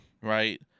right